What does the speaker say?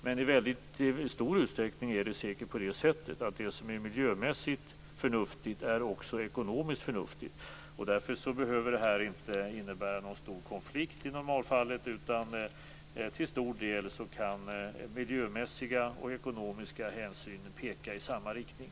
Men i väldigt stor utsträckning är det säkert på det sättet, att det som är miljömässigt förnuftigt också är ekonomiskt förnuftigt. Därför behöver detta i normalfallet inte innebära någon stor konflikt, utan till stor del kan miljömässiga och ekonomiska hänsyn peka i samma riktning.